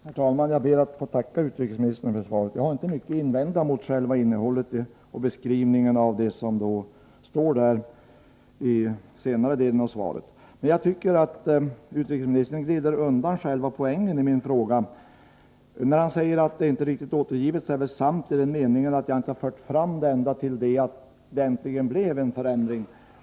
Herr talman! Jag ber att få tacka utrikesministern för svaret. Jag har inte mycket att invända mot själva innehållet och beskrivningen i senare delen av svaret. Men jag tycker att utrikesministern glider undan själva poängen i min fråga. Han säger att fakta inte är riktigt återgivna. Det är sant i den meningen att jag inte berättat att det verkligen blev en förändring.